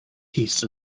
piece